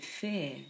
fear